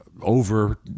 over